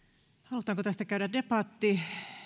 halutaanko tästä käydä debatti